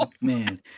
Man